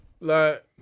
like-